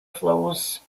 flows